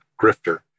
Grifter